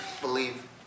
believe